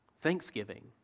thanksgiving